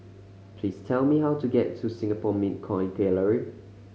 please tell me how to get to Singapore Mint Coin Gallery